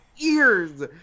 ears